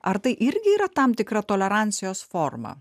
ar tai irgi yra tam tikra tolerancijos forma